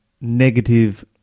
negative